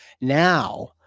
now